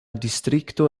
distrikto